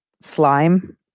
slime